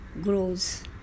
grows